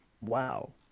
Wow